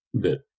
bit